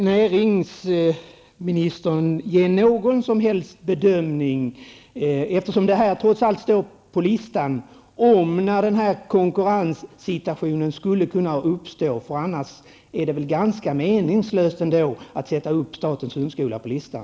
Herr talman! Eftersom statens hundskola trots allt står på listan undrar jag om näringsministern kan göra någon bedömning av när en sådan situatin skulle kunna uppstå. Annars är det väl ändå ganska meningslöst att sätta upp statens hundskola på listan?